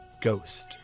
Ghost